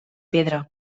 pedra